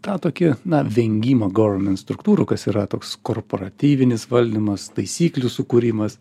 tą tokį na vengimą goverment struktūrų kas yra toks korpratyvinis valdymas taisyklių sukūrimas